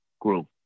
group